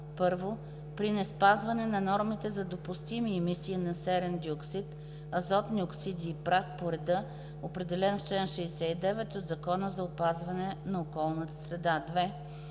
1. при неспазване на нормите за допустими емисии на серен диоксид, азотни оксиди и прах – по реда, определен в чл. 69 от Закона за опазване на околната среда; 2.